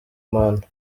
manda